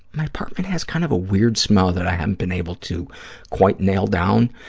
my apartment has kind of a weird smell that i haven't been able to quite nail down,